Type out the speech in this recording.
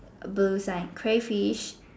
blue sign crayfish